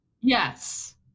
Yes